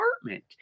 apartment